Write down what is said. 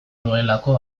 nuelako